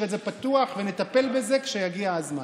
את זה פתוח ונטפל בזה כשיגיע הזמן.